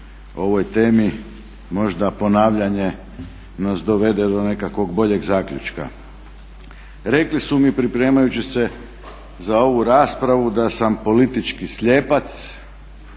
ovoj temi možda ponavljanje nas dovede do nekakvog boljeg zaključka. Rekli su mi pripremajući se za ovu raspravu da sam politički slijepac,